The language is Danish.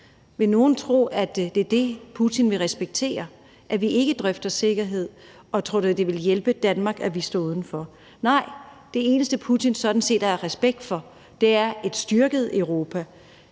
Vil nogen tro, at det er det, Putin vil respektere, altså at vi ikke drøfter sikkerhed? Og tror man, det ville hjælpe Danmark at vi stod udenfor? Nej, det eneste, Putin sådan set har respekt for, er et styrket Europa,